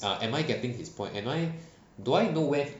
ah am I getting his point am I do I know when